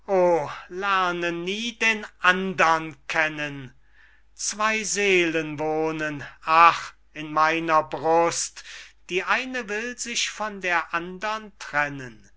nie den andern kennen zwey seelen wohnen ach in meiner brust die eine will sich von der andern trennen